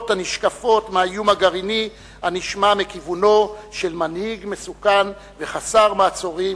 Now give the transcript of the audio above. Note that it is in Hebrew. הנשקפות מהאיום הגרעיני הנשמע מכיוונו של מנהיג מסוכן וחסר מעצורים,